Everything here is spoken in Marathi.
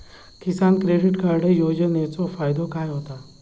किसान क्रेडिट कार्ड योजनेचो फायदो काय होता?